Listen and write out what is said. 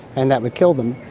and that would kill them.